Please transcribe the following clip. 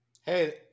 hey